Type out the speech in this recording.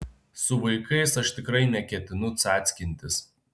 su vaikais aš tikrai neketinu cackintis